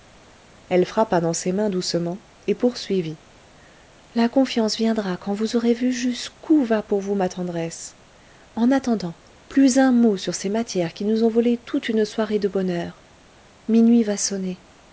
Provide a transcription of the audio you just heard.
elle frappa dans ses mains doucement et poursuivit la confiance viendra quand vous aurez vu jusqu'où va pour vous ma tendresse en attendant plus un mot sur ces matières qui nous ont volé toute une soirée de bonheur minuit va sonner